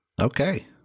Okay